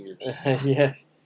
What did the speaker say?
Yes